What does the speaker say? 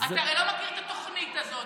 הרי אתה לא מכיר את התוכנית הזאת.